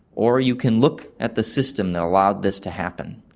or you can look at the system that allowed this to happen,